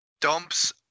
dumps